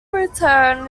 return